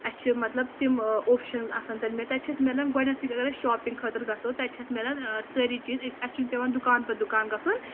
اَسہِ چھِ مطلب تِم اوپشَنٕز آسان تَتہِ مےٚ تَتہِ چھِ اَسہِ میلان گۄڈٕنٮ۪تھ اَگر أسۍ شاپِنٛگ خٲطرٕ گژھو تَتہِ چھِ اَسہِ میلان سٲری چیٖز اَسہِ چھُنہٕ پٮ۪وان دُکان پَتہٕ دُکان گژھُن